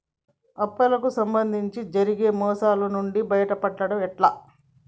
అప్పు కు సంబంధించి జరిగే మోసాలు నుండి బయటపడడం ఎట్లా?